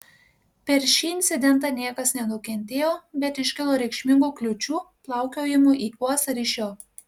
per šį incidentą niekas nenukentėjo bet iškilo reikšmingų kliūčių plaukiojimui į uostą ir iš jo